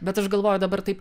bet aš galvoju dabar taip